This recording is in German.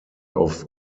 auf